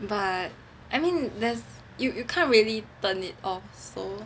but I mean there's you you can't really turn it off so